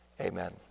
Amen